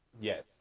Yes